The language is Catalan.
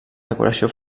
decoració